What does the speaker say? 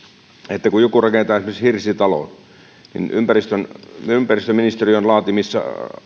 että kun joku rakentaa esimerkiksi hirsitalon niin ympäristöministeriön laatimissa